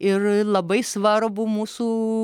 ir labai svarbų mūsų